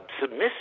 submissive